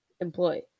Employee